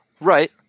Right